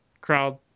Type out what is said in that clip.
crowd